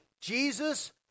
Jesus